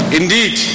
indeed